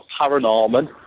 Paranorman